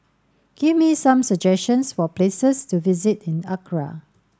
give me some suggestions for places to visit in Accra